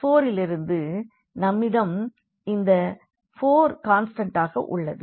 x4லிருந்து நம்மிடம் இந்த 4 கான்ஸ்டண்டாக உள்ளது